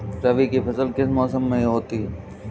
रबी की फसल किस मौसम में होती है?